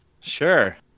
Sure